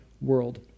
world